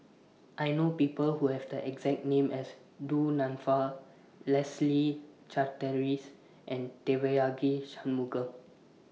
I know People Who Have The exact name as Du Nanfa Leslie Charteris and Devagi Sanmugam